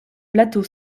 plateau